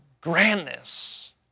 grandness